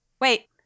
Wait